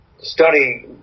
study